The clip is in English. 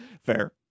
Fair